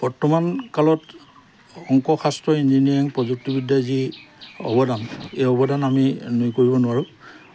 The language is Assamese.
বৰ্তমান কালত অংক শাস্ত্ৰ ইঞ্জিনিয়াৰিং প্ৰযুক্তিবিদ্যা যি অৱদান এই অৱদান আমি নুই কৰিব নোৱাৰোঁ